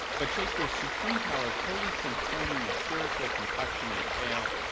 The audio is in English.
but shakespeare's supreme power of wholly transforming the spiritual complexion of a tale,